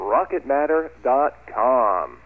RocketMatter.com